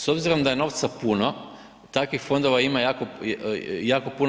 S obzirom da je novca puno, takvih fondova ima jako puno.